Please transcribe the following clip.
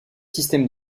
systèmes